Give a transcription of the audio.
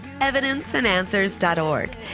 evidenceandanswers.org